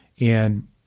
And-